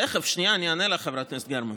--- תכף, שנייה, אני אענה לך, חברת הכנסת גרמן.